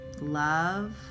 love